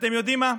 ואתם יודעים מה?